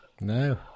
No